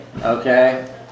okay